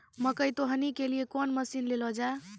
मकई तो हनी के लिए कौन मसीन ले लो जाए?